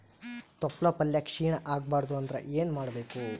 ತೊಪ್ಲಪಲ್ಯ ಕ್ಷೀಣ ಆಗಬಾರದು ಅಂದ್ರ ಏನ ಮಾಡಬೇಕು?